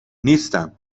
نیستم